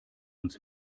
uns